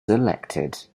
selected